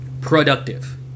productive